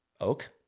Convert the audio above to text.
oak